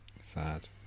Sad